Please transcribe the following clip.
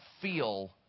feel